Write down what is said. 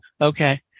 Okay